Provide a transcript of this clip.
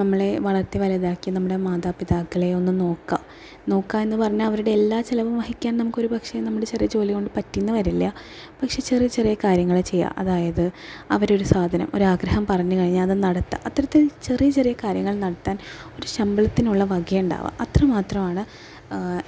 നമ്മളെ വളർത്തിവലുതാക്കിയ നമ്മുടെ മാതാപിതാക്കളെ ഒന്ന് നോക്കുക നോക്കുക എന്നുപറഞ്ഞാൽ അവരുടെ എല്ലാ ചിലവ് വഹിക്കാൻ നമുക്ക് ഒരുപക്ഷെ നമ്മുടെ ചെറിയ ജോലി കൊണ്ട് പറ്റിയെന്ന് വരില്ല പക്ഷെ ചെറിയ ചെറിയ കാര്യങ്ങൾ ചെയ്യുക അതായത് അവർ ഒരു സാധനം ഒരു ആഗ്രഹം പറഞ്ഞുകഴിഞ്ഞാൽ അത് നടത്തുക അത്തരത്തിൽ ചെറിയ ചെറിയ കാര്യങ്ങൾ നടത്താൻ ഒരു ശമ്പത്തിനുള്ള വകയുണ്ടാകും അത്രമാത്രമാണ്